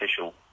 official